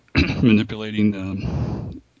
manipulating